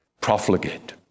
profligate